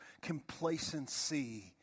complacency